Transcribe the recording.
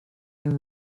and